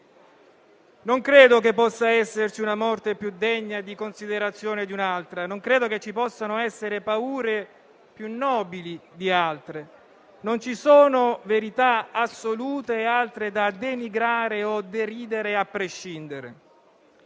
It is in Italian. Non credo che possa esserci una morte più degna di considerazione di un'altra; non credo che ci possano essere paure più nobili di altre. Non ci sono verità assolute e altre da denigrare o deridere a prescindere;